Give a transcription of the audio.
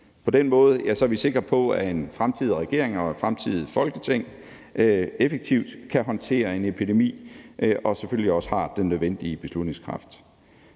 På den måde er vi sikre på, at fremtidige regeringer og fremtidige Folketing effektivt kan håndtere en epidemi og selvfølgelig også har den nødvendige beslutningskraft.